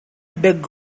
beg